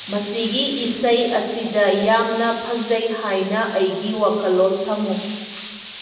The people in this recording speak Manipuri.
ꯃꯁꯤꯒꯤ ꯏꯁꯩ ꯑꯁꯤꯗ ꯌꯥꯝꯅ ꯐꯖꯩ ꯍꯥꯏꯅ ꯑꯩꯒꯤ ꯋꯥꯈꯜꯂꯣꯟ ꯊꯝꯃꯨ